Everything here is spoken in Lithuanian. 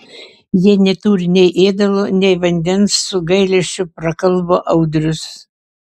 jie neturi nei ėdalo nei vandens su gailesčiu prakalbo audrius